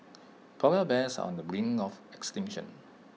Polar Bears on the brink of extinction